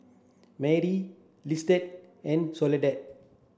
Mari Lizette and Soledad